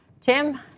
Tim